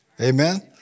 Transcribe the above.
Amen